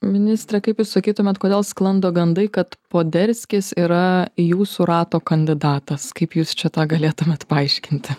ministre kaip jūs sakytumėt kodėl sklando gandai kad poderskis yra jūsų rato kandidatas kaip jūs čia tą galėtumėt paaiškinti